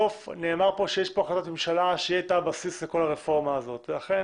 סוף נאמר שיש החלטת ממשלה שהיא הייתה הבסיס לכל הרפורמה הזאת ואכן